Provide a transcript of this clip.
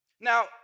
Now